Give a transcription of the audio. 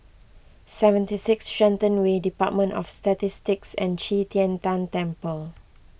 seventy six Shenton Way Department of Statistics and Qi Tian Tan Temple